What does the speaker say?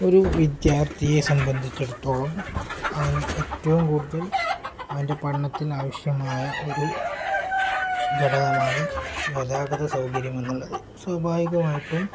ഒരു വിദ്യാർത്ഥിയെ സംബന്ധിച്ചിടത്തോളം അവന് ഏറ്റവും കൂടുതൽ അവന്റെ പഠനത്തിന് ആവശ്യമായ ഒരു ഘടകമാണ് ഗതാഗതസൗകര്യമെന്നുള്ളത് സ്വാഭാവികമായിട്ടും